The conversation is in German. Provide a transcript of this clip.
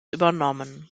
übernommen